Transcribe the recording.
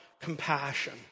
compassion